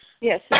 yes